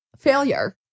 failure